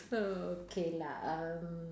okay lah um